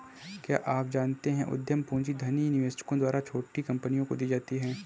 क्या आप जानते है उद्यम पूंजी धनी निवेशकों द्वारा छोटी कंपनियों को दी जाती है?